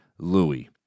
Louis